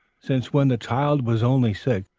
since when the child was only sick,